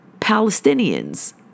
Palestinians